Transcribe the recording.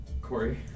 Corey